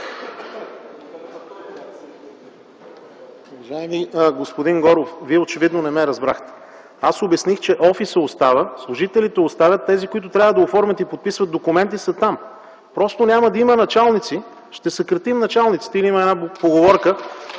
Уважаеми господин Горов, Вие очевидно не ме разбрахте. Обясних, че офисът остава, служителите остават, тези, които трябва да оформят и подписват документите, остават. Просто няма да има началници, ще съкратим началниците. (Шум, ръкопляскания